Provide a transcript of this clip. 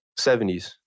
70s